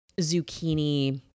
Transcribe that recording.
zucchini